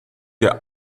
der